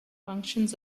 functions